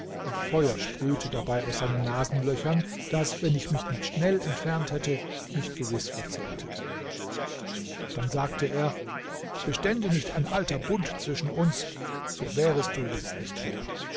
und feuer sprühte dabei aus seinen nasenlöchern das wenn ich mich nicht schnell entfernt hätte mich gewiß verzehrte dann sagte er bestände nicht ein alter bund zwischen uns so wärest du jetzt nicht mehr